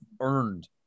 earned